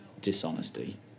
Dishonesty